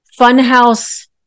funhouse